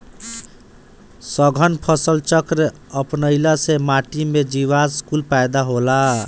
सघन फसल चक्र अपनईला से माटी में जीवांश कुल पैदा होला